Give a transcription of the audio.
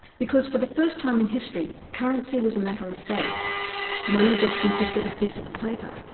because for the first time in history, currency was a matter of faith money just consisted of pieces of paper,